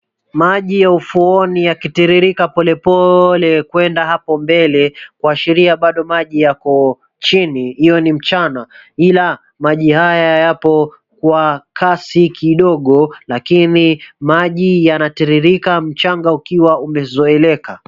Maji ya ufuoni yakitiririka polepole kwenda hapo mbele, kuashiria bado maji yapo chini hiyo ni mchana ila maji haya yapo kwa kasi kidogo lakini maji yanatiririka mchanga ukiwa umezoeleka.